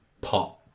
pot